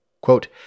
Quote